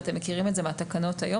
ואתם מכירים את זה מהתקנות היום